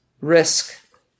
risk